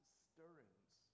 stirrings